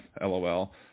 LOL